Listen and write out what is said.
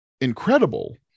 incredible